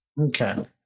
Okay